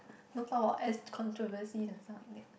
don't talk about S controversy and stuff like that